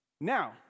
Now